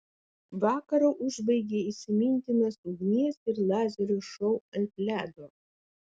vakarą užbaigė įsimintinas ugnies ir lazerių šou ant ledo